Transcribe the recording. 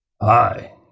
hi